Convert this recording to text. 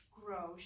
grow